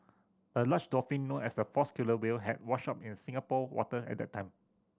a large dolphin known as a false killer whale had washed up in Singapore water at that time